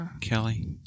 kelly